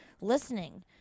listening